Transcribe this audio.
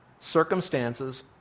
circumstances